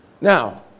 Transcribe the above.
Now